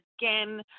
Again